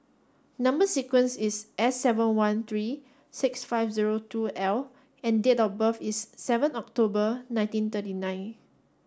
number sequence is S seven one three six five zero two L and date of birth is seven October nineteen thirty nine